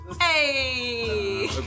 Hey